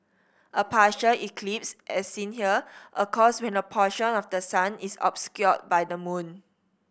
a partial eclipse as seen here occurs when a portion of the sun is obscured by the moon